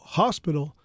hospital